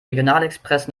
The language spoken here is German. regionalexpress